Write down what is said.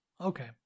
Okay